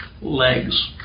legs